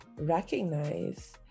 recognize